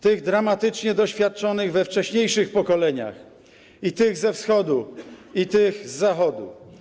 Tych dramatycznie doświadczonych we wcześniejszych pokoleniach, tych ze Wschodu i tych z Zachodu.